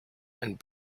and